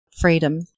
Freedom